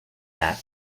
that